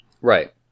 Right